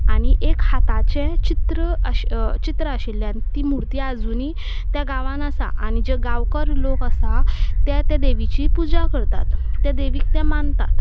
एक हाताचे चित्र चित्र आशिल्ल्यान ती मुर्ती आजुनूय त्या गांवांत आसा आनी जे गांवकार लोक आसा ते देवीची पुजा करतात त्या देवीक ते मानतात